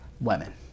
women